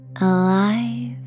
alive